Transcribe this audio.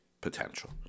potential